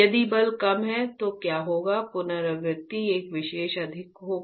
यदि बल कम है तो क्या होगा पुनरावृत्ति एक विषय अधिक होगा